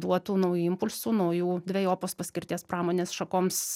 duotų naujų impulsų naujų dvejopos paskirties pramonės šakoms